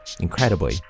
incredibly